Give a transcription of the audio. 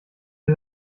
wir